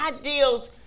ideals